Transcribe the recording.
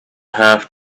have